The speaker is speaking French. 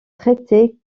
traités